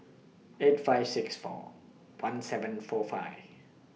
eight five six four one seven four five